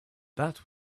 that